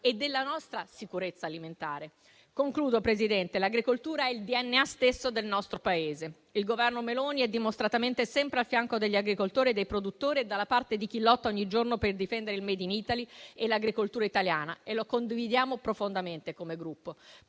alla nostra sicurezza alimentare. Signor Presidente, l'agricoltura è il DNA stesso del nostro Paese. Il Governo Meloni è dimostratamente sempre al fianco degli agricoltori e dei produttori; è dalla parte di chi lotta ogni giorno per difendere il *made in Italy* e l'agricoltura italiana. Noi questo lo condividiamo profondamente come Gruppo.